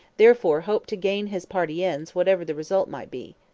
therefore hoped to gain his party ends whatever the result might be.